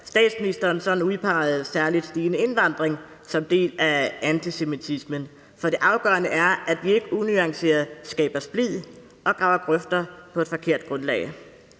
statsministeren sådan særlig udpegede stigende indvandring som en del af antisemitismen, for det afgørende er, at vi ikke unuanceret skaber splid og graver grøfter på et forkert grundlag.